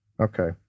Okay